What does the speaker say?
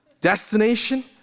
Destination